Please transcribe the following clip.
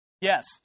Yes